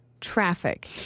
Traffic